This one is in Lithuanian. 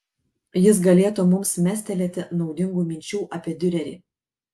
jis galėtų mums mestelėti naudingų minčių apie diurerį